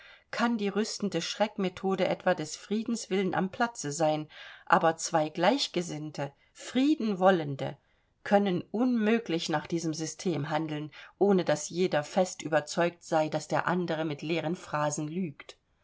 kann die rüstende schreckmethode etwa des friedens willen am platze sein aber zwei gleichgesinnte frieden wollende können unmöglich nach diesem system handeln ohne daß jeder fest überzeugt sei daß der andere mit leeren phrasen lügt